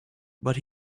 but